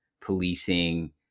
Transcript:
policing